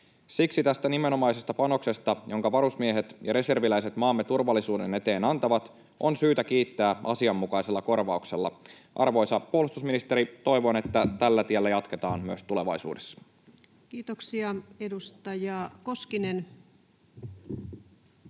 Siksi tästä nimenomaisesta panoksesta, jonka varusmiehet ja reserviläiset maamme turvallisuuden eteen antavat, on syytä kiittää asianmukaisella korvauksella. Arvoisa puolustusministeri, toivon, että tällä tiellä jatketaan myös tulevaisuudessa. Kiitoksia. — Edustaja Koskinen.